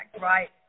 right